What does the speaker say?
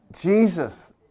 Jesus